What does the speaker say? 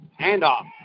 Handoff